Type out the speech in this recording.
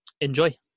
enjoy